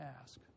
ask